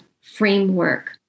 framework